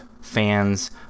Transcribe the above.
fans